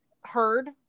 heard